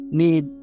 need